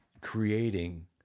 creating